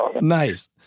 Nice